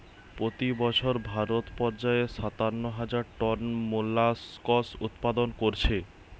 পোতি বছর ভারত পর্যায়ে সাতান্ন হাজার টন মোল্লাসকস উৎপাদন কোরছে